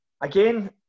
again